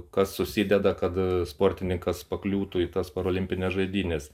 kas susideda kad sportininkas pakliūtų į tas parolimpines žaidynes